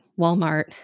Walmart